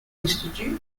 institute